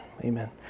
Amen